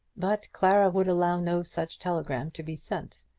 but clara would allow no such telegram to be sent,